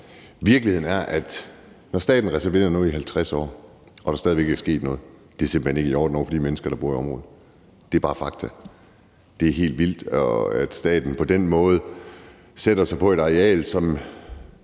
Virkeligheden er, at når staten har reserveret noget i 50 år og der stadig væk ikke er sket noget, er det simpelt hen ikke i orden for de mennesker, der bor i området. Det er bare fakta. Det er helt vildt, at staten på den måde sætter sig på et areal.